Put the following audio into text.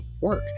work